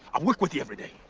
i'll work with ya every day.